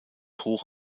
hoch